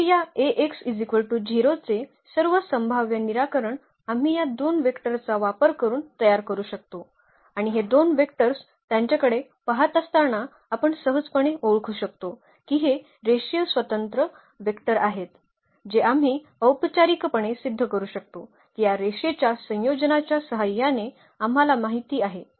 तर या चे सर्व संभाव्य निराकरण आम्ही या दोन वेक्टरचा वापर करून तयार करू शकतो आणि हे दोन वेक्टर्स त्यांच्याकडे पहात असताना आपण सहजपणे ओळखू शकतो की हे रेषीय स्वतंत्र वेक्टर आहेत जे आम्ही औपचारिकपणे सिद्ध करू शकतो की या रेषेच्या संयोजनाच्या सहाय्याने आम्हाला माहित आहे